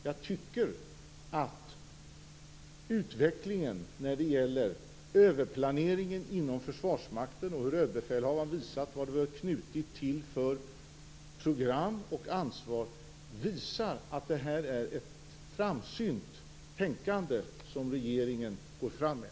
Jag tycker att utvecklingen när det gäller överplaneringen inom Försvarsmakten och hur överbefälhavaren visat vilket program och ansvar det var knutet till visar att det är ett framsynt tänkande som regeringen går fram med.